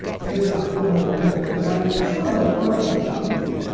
facing four hundred people. and i saw him on a park bench, eating,